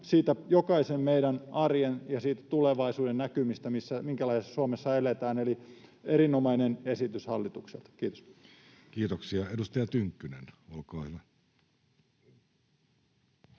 niistä jokaisen meidän arjen ja tulevaisuuden näkymistä, minkälaisessa Suomessa eletään. Eli erinomainen esitys hallitukselta. —Kiitos. [Speech 116] Speaker: Jussi